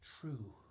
true